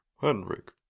Henrik